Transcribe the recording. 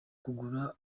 kugura